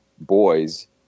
boys